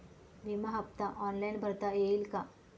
विमा हफ्ता ऑनलाईन भरता येईल का?